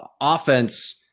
offense